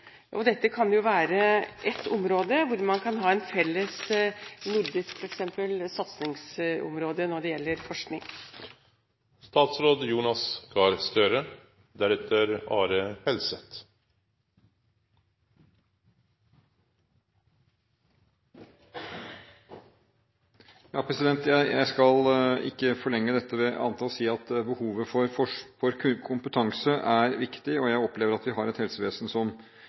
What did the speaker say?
og dette kan være et område hvor man kan ha et felles nordisk satsingsområde når det gjelder forskning. Jeg skal ikke forlenge dette med annet enn å si at behovet for kompetanse er viktig. Jeg opplever at vi har et helsevesen